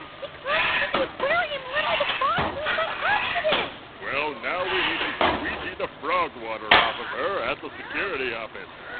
she climbed into the aquarium and let all the frogs loose by accident well, now we need to squeegee the frog water off of her at the security office.